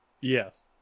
Yes